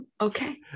Okay